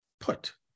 put